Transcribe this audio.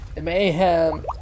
Mayhem